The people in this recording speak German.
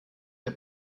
der